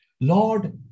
Lord